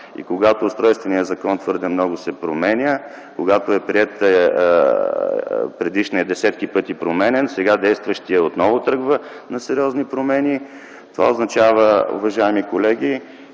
и когато Устройственият закон твърде много се променя, когато предишният е променян десетки пъти, а сега действащият отново тръгва на сериозни промени, това означава, уважаеми колеги,